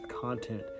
content